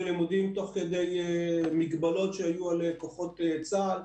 לימודים תוך כדי מגבלות שהיו על כוחות צה"ל.